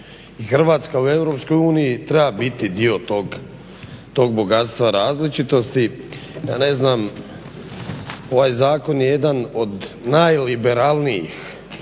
Hrvatska u EU treba biti dio tog bogatstva različitosti. Ja ne znam ovaj zakon je jedan od najliberalnijih